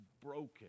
broken